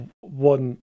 one